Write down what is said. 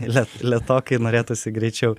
lė lėtokai norėtųsi greičiau